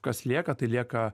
kas lieka tai lieka